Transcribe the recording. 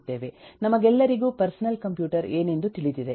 ನಮಗೆಲ್ಲರಿಗೂ personal computer ಏನೆಂದು ತಿಳಿದಿದೆ